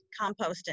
composting